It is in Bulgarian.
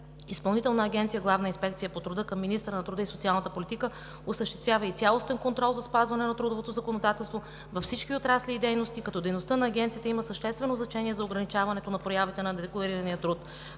Изпълнителна агенция „Главна инспекция по труда“ към министъра на труда и социалната политика осъществява и цялостен контрол за спазване на трудовото законодателство във всички отрасли и дейности, като дейността на Агенцията има съществено значение за ограничаването на проявите на недекларирания труд.